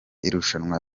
irushanwa